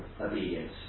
obedience